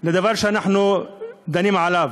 לדבר שאנחנו דנים עליו: